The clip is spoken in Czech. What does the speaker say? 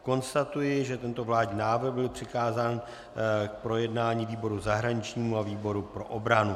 Konstatuji, že tento vládní návrh byl přikázán k projednání výboru zahraničnímu a výboru pro obranu.